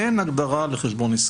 אין הגדרה לחשבון עסקי.